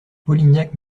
polignac